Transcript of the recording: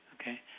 okay